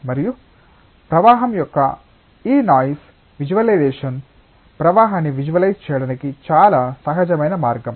మరియు ప్రవాహం యొక్క ఈ నాయిస్ విజువలైజేషన్ ప్రవాహాన్ని విజువలైజ్ చేయడానికి చాలా సహజమైన మార్గం